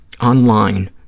online